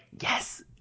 Yes